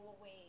away